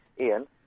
Ian